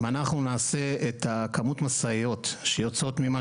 אם אנחנו נעשה את כמות המשאיות שיוצאות ממה